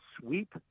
sweep